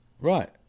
right